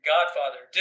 Godfather